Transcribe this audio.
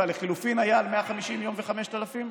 והלחלופין הייתה על 150 יום ו-5,000?